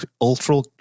ultra